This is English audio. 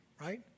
right